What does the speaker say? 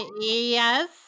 yes